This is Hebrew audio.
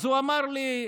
אז הוא אמר לי: